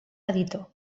editor